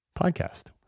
podcast